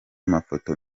mafoto